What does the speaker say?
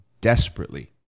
desperately